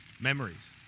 memories